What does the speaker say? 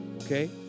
okay